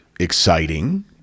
exciting